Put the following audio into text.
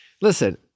Listen